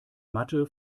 matte